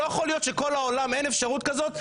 לא יכול להיות שכל העולם אין אפשרות כזאת,